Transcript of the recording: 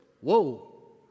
Whoa